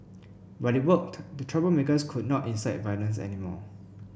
but it worked the troublemakers could not incite violence anymore